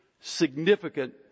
significant